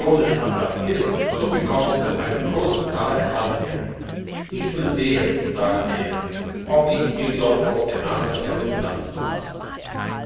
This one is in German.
attrapierst so bekommst du einen grossen taler fanggeld ich will sehen sagte er ob ich mir soll auf der nase herumtanzen lassen